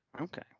Okay